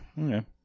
okay